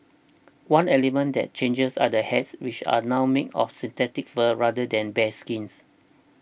one element that changed are the hats which are now made of synthetic fur rather than bearskins